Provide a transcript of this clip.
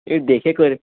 একটু দেখে